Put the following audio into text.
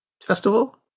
festival